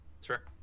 Sure